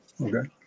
Okay